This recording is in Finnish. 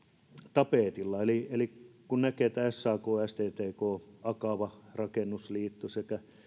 tapetilla eli eli kun näkee että sak sttk akava rakennusliitto sekä